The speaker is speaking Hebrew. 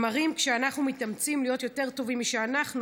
הם מראים שכשאנחנו מתאמצים להיות יותר טובים משאנחנו,